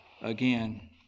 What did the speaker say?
again